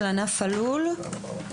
ענף הלול,